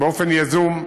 באופן יזום.